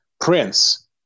Prince